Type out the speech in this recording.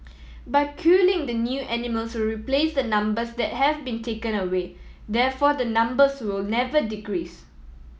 by culling the new animals will replace the numbers that have been taken away therefore the numbers will never decrease